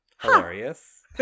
Hilarious